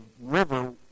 river